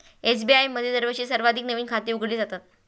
SBI मध्ये दरवर्षी सर्वाधिक नवीन खाती उघडली जातात